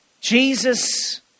Jesus